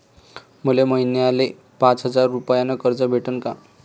मले महिन्याले पाच हजार रुपयानं कर्ज भेटन का?